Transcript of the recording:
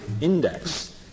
index